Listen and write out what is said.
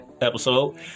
episode